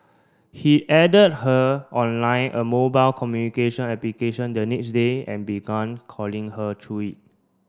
he added her on Line a mobile communication application the next day and began calling her through it